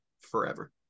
forever